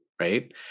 right